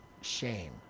shame